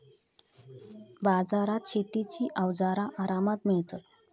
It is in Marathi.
बाजारात शेतीची अवजारा आरामात मिळतत